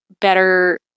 better